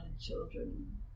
children